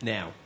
Now